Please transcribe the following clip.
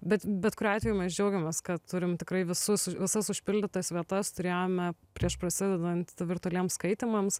bet bet kuriuo atveju mes džiaugiamės kad turim tikrai visus visas užpildytas vietas turėjome prieš prasidedant virtualiems skaitymams